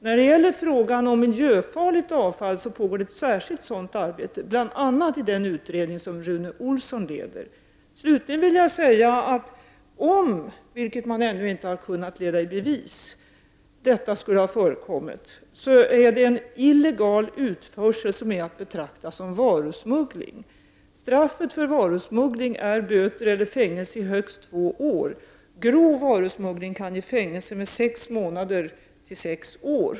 När det gäller frågan om miljöfarligt avfall pågår det ett särskilt arbete, bl.a. i den utredning som Slutligen vill jag säga att om, vilket man ännu inte har kunnat leda i bevis, expert till Polen av miljöfarligt avfall skulle ha förekommit, är det fråga om en illegal utförsel som är att betrakta som varusmuggling. Straffet för varusmuggling är böter eller fängelse i högst två år. Grov varusmuggling kan ge fängelse i sex månader till sex år.